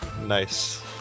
nice